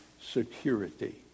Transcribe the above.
security